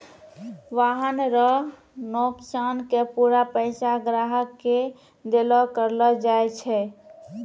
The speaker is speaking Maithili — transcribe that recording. वाहन रो नोकसान के पूरा पैसा ग्राहक के देलो करलो जाय छै